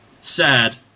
sad